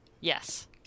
Yes